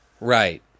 right